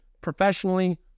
professionally